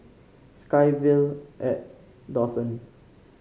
SkyVille at Dawson